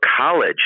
college